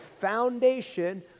foundation